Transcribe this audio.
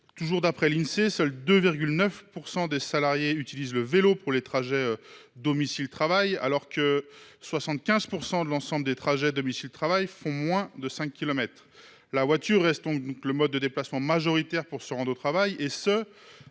Toujours d’après l’Insee, 2,9 % seulement des salariés utilisent le vélo pour leurs trajets domicile travail, alors que 75 % de l’ensemble des trajets domicile travail font moins de cinq kilomètres. La voiture reste donc le mode de déplacement majoritaire pour se rendre au travail, et ce